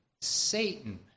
Satan